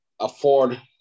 afford